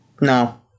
No